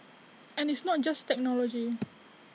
and it's not just technology